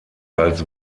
als